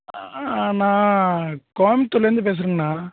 நான் கோயமுத்தூர்லேருந்து பேசுகிறேங்கண்ணா